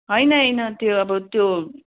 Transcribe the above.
होइन होइन त्यो अब त्यो